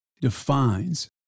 defines